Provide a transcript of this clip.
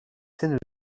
scènes